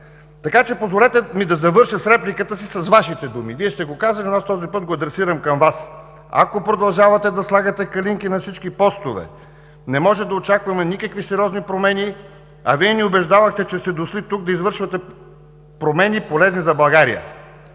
баницата. Позволете ми да завърша репликата си с Вашите думи. Вие сте го казали, но аз този път го адресирам към Вас: ако продължавате да слагате „калинки” на всички постове, не може да очакваме никакви сериозни промени, а Вие ни убеждавахте, че сте дошли тук да извършвате промени, полезни за България.